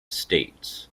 states